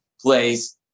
place